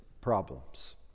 problems